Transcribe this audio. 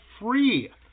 free